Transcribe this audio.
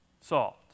salt